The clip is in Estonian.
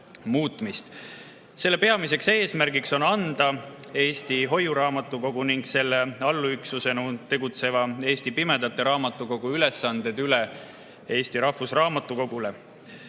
Selle peamine eesmärk on anda Eesti Hoiuraamatukogu ning selle allüksusena tegutseva Eesti Pimedate Raamatukogu ülesanded üle Eesti Rahvusraamatukogule.